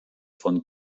von